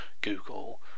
Google